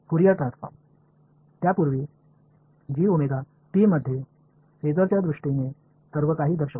Fourier transform त्यापूर्वी g omega t मध्ये फेसरच्या दृष्टीने सर्वकाही दर्शवा